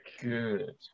Good